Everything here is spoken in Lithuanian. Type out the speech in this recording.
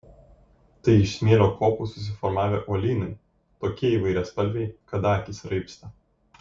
tai iš smėlio kopų susiformavę uolynai tokie įvairiaspalviai kad akys raibsta